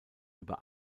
über